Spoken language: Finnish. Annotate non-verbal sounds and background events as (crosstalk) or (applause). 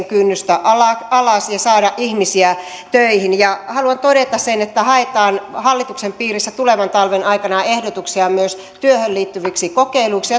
(unintelligible) kynnystä alas alas ja saada ihmisiä töihin haluan todeta sen että haetaan hallituksen piirissä tulevan talven aikana ehdotuksia myös työhön liittyviksi kokeiluiksi (unintelligible)